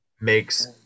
makes